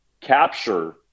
capture